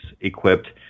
equipped